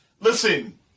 listen